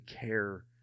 care